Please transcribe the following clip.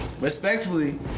Respectfully